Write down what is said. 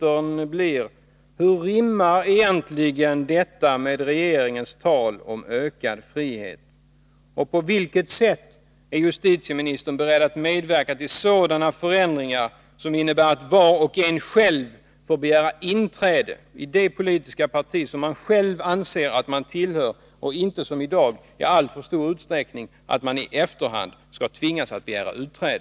Hur rimmar egentligen detta med regeringens tal om ökad frihet? På vilket sätt är justitieministern beredd att medverka till förändringar som innebär att var och en själv får begära inträde i det politiska parti som vederbörande vill tillhöra, så att man inte som i dag i alltför stor utsträckning tvingas att i efterhand begära utträde?